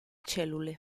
cellule